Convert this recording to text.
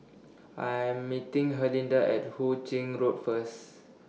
I'm meeting Herlinda At Hu Ching Road First